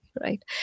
Right